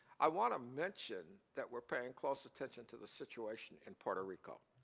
i want to mention that we are paying close attention to the situation in puerto rico.